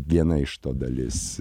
viena iš to dalis